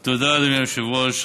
תודה, אדוני היושב-ראש.